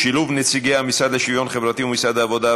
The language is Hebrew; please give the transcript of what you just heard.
שילוב נציגי המשרד לשוויון חברתי ומשרד העבודה,